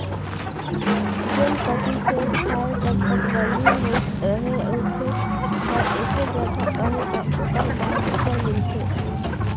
जेन कती खेत खाएर कर चकबंदी होइस अहे अउ खेत हर एके जगहा अहे ता ओकर भाव सुग्घर मिलथे